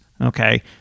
okay